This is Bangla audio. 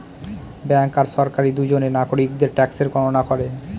ব্যাঙ্ক আর সরকারি দুজনে নাগরিকদের ট্যাক্সের গণনা করে